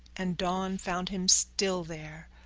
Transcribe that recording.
and dawn found him still there,